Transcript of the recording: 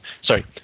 Sorry